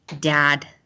dad